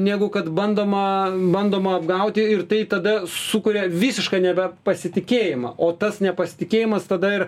negu kad bandoma bandoma apgauti ir tai tada sukuria visišką nebepasitikėjimą o tas nepasitikėjimas tada ir